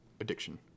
addiction